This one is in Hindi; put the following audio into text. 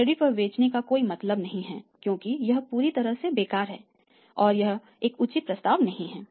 क्रेडिट पर बेचने का कोई मतलब नहीं है क्योंकि यह पूरी तरह से बेकार है और यह एक उचित प्रस्ताव नहीं है